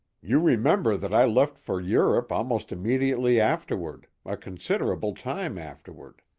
you remember that i left for europe almost immediately afterward a considerable time afterward.